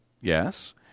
Yes